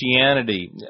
Christianity